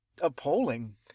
appalling